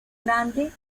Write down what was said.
grande